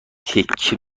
تکه